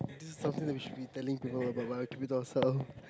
this is something we should be telling to her but I'll keep it to ourselves